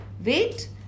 Wait